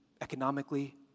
economically